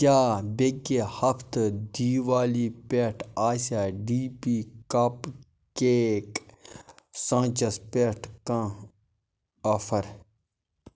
کیٛاہ بیٚکہِ ہفتہٕ دِوالی پٮ۪ٹھ آسیا ڈی پی کپ کیک سانٛچَس پٮ۪ٹھ کانٛہہ آفر